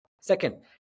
Second